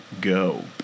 go